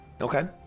Okay